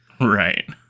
Right